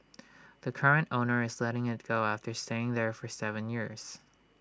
the current owner is letting IT go after staying there for Seven years